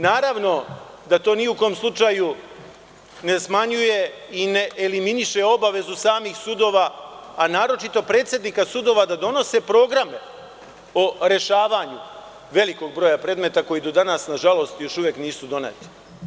Naravno, to ni u kom slučaju ne smanjuje i ne eliminiše obavezu samih sudova, a naročito predsednika sudova da donose program o rešavanju velikog broja predmeta, koji do danas još uvek nisu doneti.